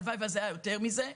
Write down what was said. הלוואי וזה היה יותר מזה.